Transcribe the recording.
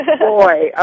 boy